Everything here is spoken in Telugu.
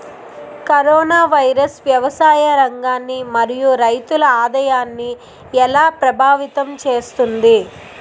కరోనా వైరస్ వ్యవసాయ రంగాన్ని మరియు రైతుల ఆదాయాన్ని ఎలా ప్రభావితం చేస్తుంది?